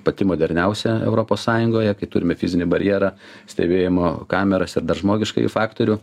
pati moderniausia europos sąjungoje kai turime fizinį barjerą stebėjimo kameras ir dar žmogiškąjį faktorių